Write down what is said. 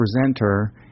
presenter